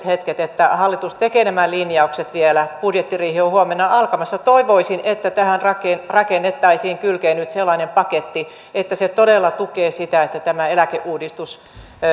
hetket että hallitus tekee nämä linjaukset vielä budjettiriihi on huomenna alkamassa ja toivoisin että tähän kylkeen rakennettaisiin nyt sellainen paketti että se todella tukee sitä että tämä eläkeuudistus